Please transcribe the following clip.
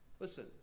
Listen